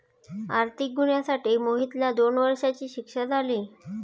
आर्थिक गुन्ह्यासाठी मोहितला दोन वर्षांची शिक्षा झाली